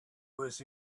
was